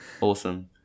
Awesome